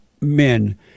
men